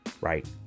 Right